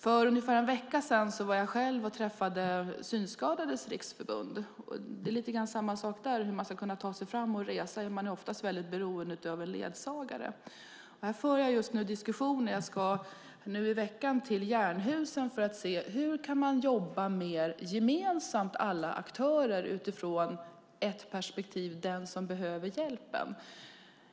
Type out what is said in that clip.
För ungefär en vecka sedan träffade jag själv representanter för Synskadades Riksförbund. Det handlar lite grann om samma saker där när det gäller hur man ska kunna ta sig fram och resa. Man är oftast väldigt beroende av en ledsagare. Här för jag just nu diskussioner. Jag ska i nu i veckan till Jernhusen för att diskutera hur alla aktörer kan jobba mer gemensamt utifrån den hjälpbehövandes perspektiv.